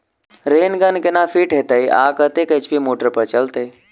Rain gun केना fit हेतइ आ कतेक एच.पी मोटर पर चलतै?